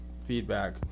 feedback